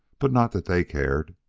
but not that they cared,